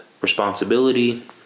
responsibility